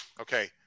Okay